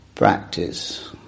practice